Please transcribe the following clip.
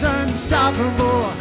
unstoppable